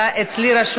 לאן זה עובר?